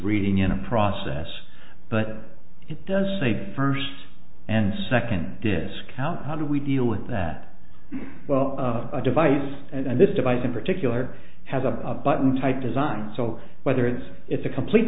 reading in a process but it does say first and second discount how do we deal with that well of a device and this device in particular has a button type design so whether it's it's a complete